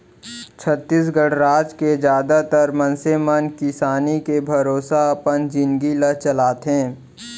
छत्तीसगढ़ राज के जादातर मनसे मन किसानी के भरोसा अपन जिनगी ल चलाथे